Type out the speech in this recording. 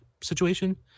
situation